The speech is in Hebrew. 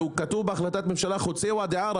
והוא כתוב בהחלטת ממשלה חוצה ואדי ערה.